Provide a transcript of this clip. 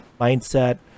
mindset